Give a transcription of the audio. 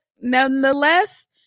nonetheless